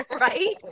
right